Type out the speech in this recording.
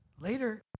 later